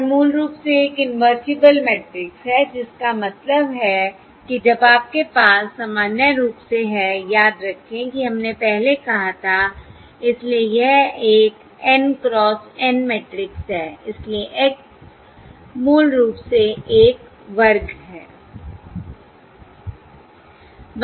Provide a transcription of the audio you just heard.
यह मूल रूप से एक इन्वर्टिबल मैट्रिक्स है जिसका मतलब है कि अब आपके पास सामान्य रूप से है याद रखें कि हमने पहले कहा था इसलिए यह एक N क्रॉस N मैट्रिक्स है इसलिए X मूल रूप से एक वर्ग है